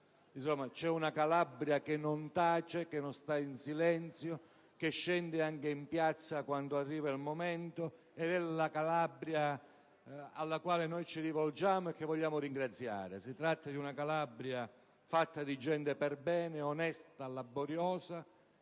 c'è una Calabria che non tace, che non sta in silenzio, che scende anche in piazza quando arriva il momento, ed è a quella Calabria che ci rivolgiamo con un ringraziamento. È una Calabria fatta di gente perbene, onesta, laboriosa,